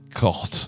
god